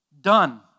Done